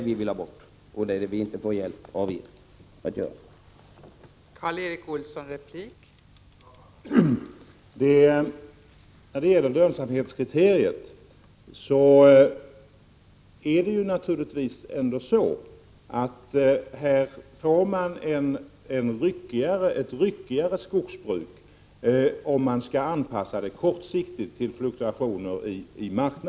Vi vill ta bort dessa inskränkningar, men vi får ingen hjälp av er centerpartister att göra det.